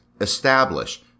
establish